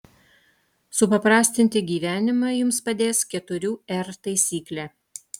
supaprastinti gyvenimą jums padės keturių r taisyklė